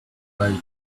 bright